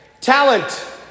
Talent